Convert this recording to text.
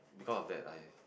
because of that I